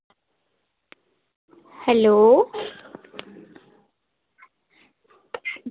hello